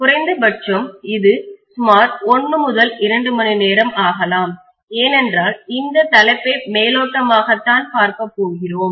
குறைந்தபட்சம் இது சுமார் 1 முதல் 2 மணிநேரம் ஆகலாம் ஏனென்றால் இந்த இந்த தலைப்பை மேலோட்டமாக தான் பார்க்க போகிறோம்